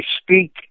speak